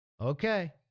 Okay